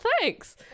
thanks